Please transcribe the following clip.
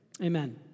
Amen